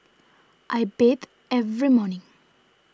I bathe every morning